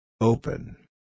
Open